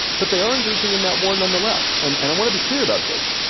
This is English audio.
but they are engaging in that war nonetheless, and and i want to be clear about this.